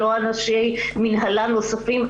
לא אנשי מינהלה נוספים.